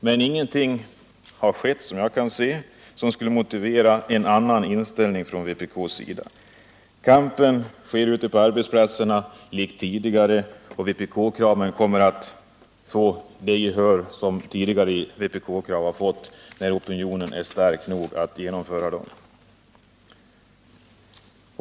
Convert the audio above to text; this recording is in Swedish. Men ingenting har skett, vad jag kan se, som skulle motivera en annan inställning från vpk:s sida. Kampen sker ute på arbetsplatserna liksom tidigare, och vpk-kraven kommer att få det gehör som tidigare vpk-krav har fått när opinionen är stark nog att genomföra dem.